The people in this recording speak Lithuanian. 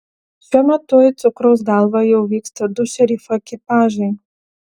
šiuo metu į cukraus galvą jau vyksta du šerifo ekipažai